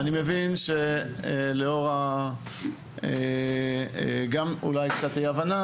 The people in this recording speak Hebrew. אני מבין שלאור אי הבנה